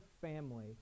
family